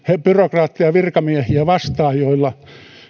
byrokraatteja virkamiehiä vastaan joilla